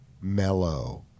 Mellow